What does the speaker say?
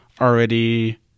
already